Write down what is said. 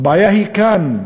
הבעיה היא כאן,